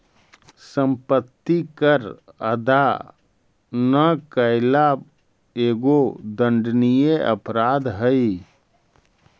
सम्पत्ति कर अदा न कैला एगो दण्डनीय अपराध हई